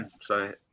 sorry